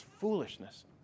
foolishness